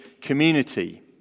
community